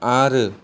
आरो